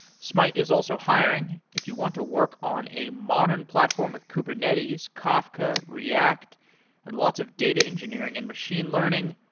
smyte is also hiring. if you want to work on a modern platform with kubernetes, kafka, react and lots of data engineering and machine learning,